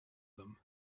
them